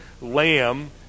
lamb